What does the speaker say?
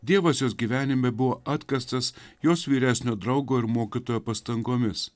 dievas jos gyvenime buvo atkastas jos vyresnio draugo ir mokytojo pastangomis